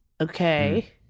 okay